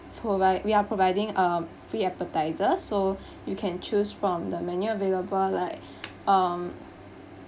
provide we are providing uh free appetizer so you can choose from the menu available like um